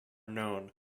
known